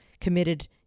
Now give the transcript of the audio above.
committed